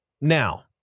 Now